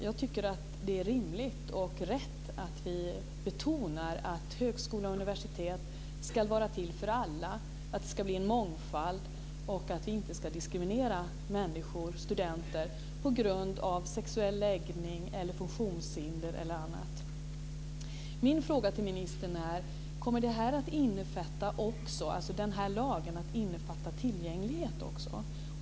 Jag tycker att det är rimligt och rätt att vi betonar att högskola och universitet ska vara till för alla, att det ska bli en mångfald och att vi inte ska diskriminera människor, studenter på grund av sexuell läggning, funktionshinder eller annat. Min fråga till ministern är: Kommer den lagen att innefatta också tillgänglighet?